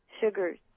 sugars